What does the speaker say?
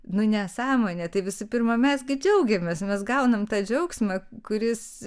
nu nesąmonė tai visų pirma mes gi džiaugiamės mes gaunam tą džiaugsmą kuris